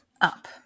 up